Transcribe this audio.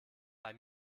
bei